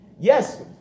Yes